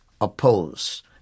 oppose